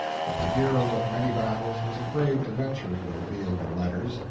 but the hero of many battles was afraid to venture into the field of letters.